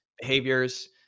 behaviors